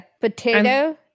potato